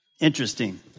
Interesting